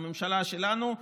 הממשלה שלנו,